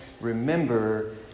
remember